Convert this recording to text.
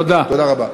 תודה רבה.